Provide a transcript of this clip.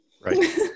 right